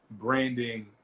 branding